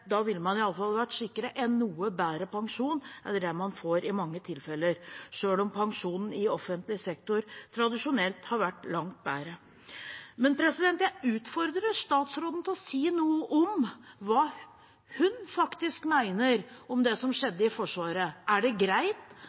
da ville man i alle fall vært sikret en noe bedre pensjon enn det man i mange tilfeller får, selv om pensjonen i offentlig sektor tradisjonelt har vært langt bedre. Jeg utfordrer statsråden til å si noe om hva hun faktisk mener om det som skjedde i Forsvaret. Er det greit